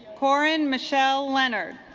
horan michelle leonard